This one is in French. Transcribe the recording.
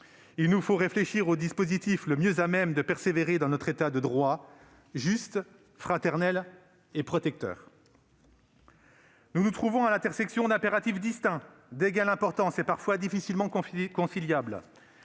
Il nous faut réfléchir au dispositif le mieux à même de persévérer dans notre État de droit juste, fraternel et protecteur. Nous nous trouvons à l'intersection d'impératifs distincts, d'égale importance et parfois difficilement conciliables